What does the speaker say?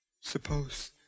suppose